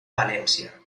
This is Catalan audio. valència